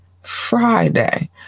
Friday